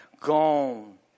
gone